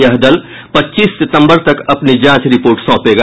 यह दल पच्चीस सितंबर तक अपनी जांच रिपोर्ट सौंपेगा